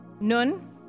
Nun